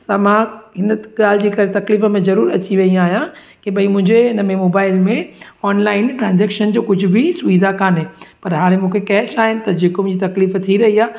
सो मां हिन ॻाल्हि जे करे तकलीफ़ में ज़रूरु अची वई आहियां की भाई मुंहिंजे इन में मोबाइल में ऑनलाइन ट्रांजेक्शन जो कुझु बि सुविधा कान्हे पर हाणे मूंखे कैश आहिनि त जेको मुंहिंजी तकलीफ़ु थी रही आहे